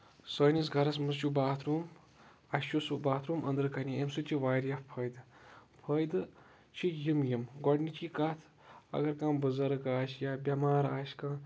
سٲنِس گرَس منٛز چھُ باتھ روٗم اسہِ چھُ سُہ باتھ روٗم أنٛدرٕ کَنے اَمہِ سۭتۍ چھُ واریاہ فٲیدٕ فٲیدٕ چھِ یِم یِم گۄڈٕنِچی کَتھ اَگر کانٛہہ بُزرٕگ آسہِ یا بیمار آسہِ کانٛہہ